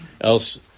else